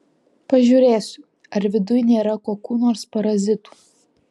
pažiūrėsiu ar viduj nėra kokių nors parazitų